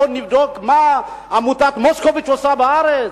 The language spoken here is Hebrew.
בוא נבדוק מה עמותת מוסקוביץ עושה בארץ?